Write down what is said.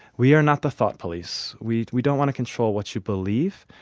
we are not the thought police. we we don't want to control what you believe,